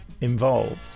involved